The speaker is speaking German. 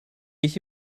ich